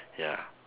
ya